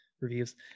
reviews